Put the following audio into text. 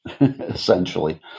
essentially